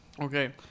Okay